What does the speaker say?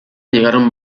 llegaron